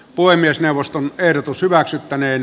puhemiesneuvoston ehdotus hyväksyttäneen